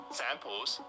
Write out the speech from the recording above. samples